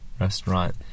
restaurant